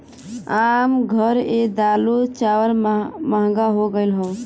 आम घर ए दालो चावल महंगा हो गएल हौ